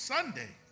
Sunday